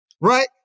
Right